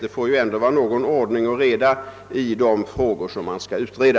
Det måste ju ändå vara någon reda och ordning beträffande de frågor som man skall utreda.